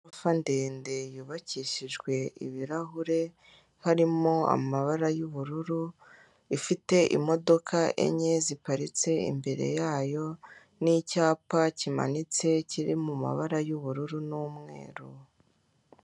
Igorofa ndende yubakishijwe ibirahure, harimo amabara y'ubururu, ifite imodoka enye ziparitse imbere yayo nicyapa kimanitse kiri mu mabara y'ubururu n'umweru.